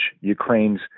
Ukraine's